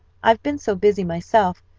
i've been so busy myself,